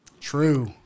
True